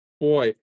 Boy